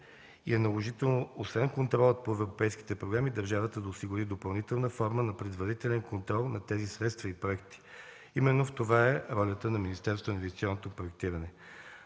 и е наложително освен контрола по европейските програми, държавата да осигури допълнителна форма на предварителен контрол на тези средства и проекти. Именно в това е ролята на Министерството на инвестиционното проектиране.”